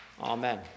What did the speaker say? Amen